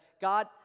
God